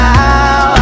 Now